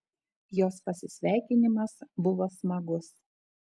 jos pasisveikinimas buvo smagus